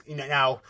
now